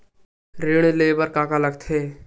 ऋण ले बर का का लगथे?